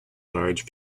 large